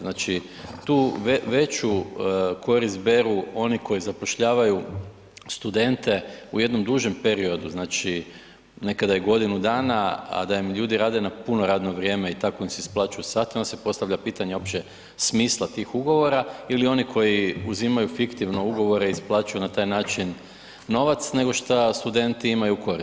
Znači tu veću korist beru oni koji zapošljavaju studente u jednom dužem periodu, znači nekada i godinu dana, a da im ljudi rade na puno radno vrijeme i tako im se isplaćuju satovi, onda se postavlja pitanje uopće smisla tih ugovora ili oni koji uzimaju fiktivno ugovore i isplaćuju na taj način novac nego što studenti imaju korist.